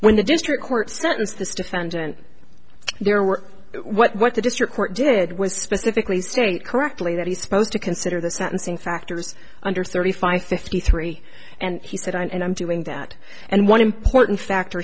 when the district court sentenced this defendant there were what the district court did was specifically state correctly that he's supposed to consider the sentencing factors under thirty five fifty three and he said and i'm doing that and one important factor